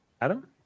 Adam